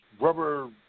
rubber